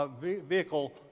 vehicle